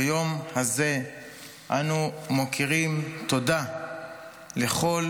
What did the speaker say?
ביום הזה אנו מכירים תודה לכל